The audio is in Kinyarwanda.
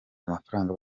amafaranga